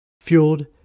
fueled